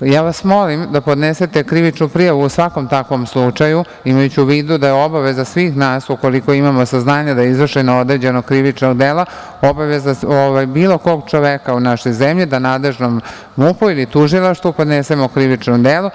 ja vas molim da podnesete krivičnu prijavu u svakom takvom slučaju, imajući u vidu da je obaveza svih nas ukoliko imamo saznanja da je izvršeno određeno krivično delo, obaveza bilo kog čoveka u našoj zemlji da nadležnom MUP-i ili tužilaštvu podnesemo krivično delo.